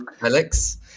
Alex